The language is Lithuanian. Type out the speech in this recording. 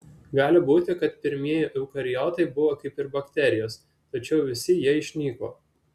gali būti kad pirmieji eukariotai buvo kaip ir bakterijos tačiau visi jie išnyko